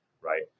right